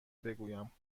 بگویم